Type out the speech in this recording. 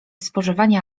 spożywanie